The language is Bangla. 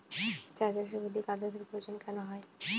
চা চাষে অধিক আদ্রর্তার প্রয়োজন কেন হয়?